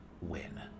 win